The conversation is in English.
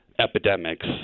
epidemics